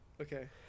Okay